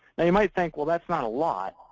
now, you might think, well, that's not a lot.